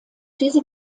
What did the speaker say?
diese